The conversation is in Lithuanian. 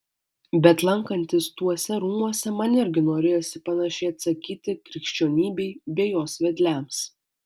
bet lankantis tuose rūmuose man irgi norėjosi panašiai atsakyti krikščionybei bei jos vedliams